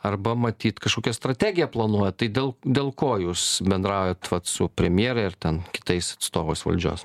arba matyt kažkokią strategiją planuojat tai dėl dėl ko jūs bendraujat vat su premjere ir ten kitais atstovais valdžios